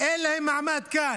אין להם מעמד כאן.